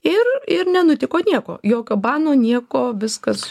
ir ir nenutiko nieko jokio bano nieko viskas